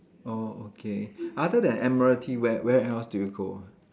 oh okay other than Admiralty where where else do you go